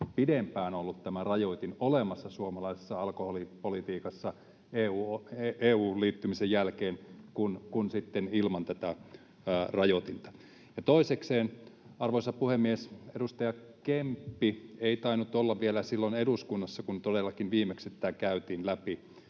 pidempään ollut olemassa suomalaisessa alkoholipolitiikassa EU:hun liittymisen jälkeen kuin sitten ilman tätä rajoitinta. Toisekseen, arvoisa puhemies, edustaja Kemppi ei tainnut olla vielä silloin eduskunnassa, kun todellakin viimeksi tätä käytiin läpi,